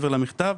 בנוסף למכתב,